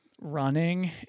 running